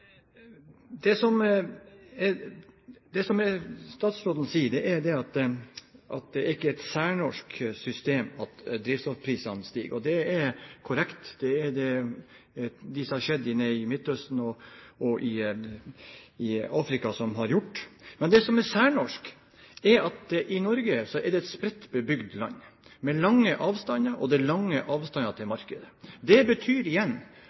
er et særnorsk system at drivstoffprisene stiger. Det er korrekt. Det er på grunn av det som har skjedd i Midtøsten og i Afrika. Det som er særnorsk, er at Norge er et spredt bebygd land, med lange avstander og lange avstander til markedet. Det betyr igjen